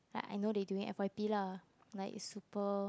like I know they doing F_Y_P lah like super